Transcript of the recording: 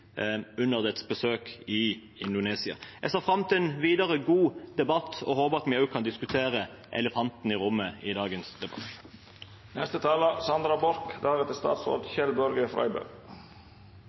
under et besøk i Indonesia. Jeg ser fram til en videre god debatt og håper at vi også kan diskutere elefanten i rommet i dagens